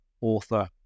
author